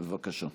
בבקשה.